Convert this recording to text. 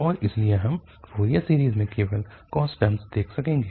और इसलिए हम फोरियर सीरीज़ में केवल cos टर्मस देख सकेंगे